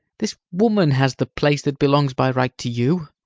this woman has the place that belongs by right to you.